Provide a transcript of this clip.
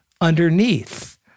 underneath